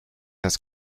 has